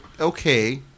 okay